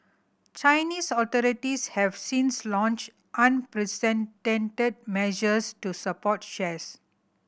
Chinese authorities have since launched unprecedented measures to support shares